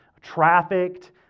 trafficked